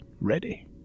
ready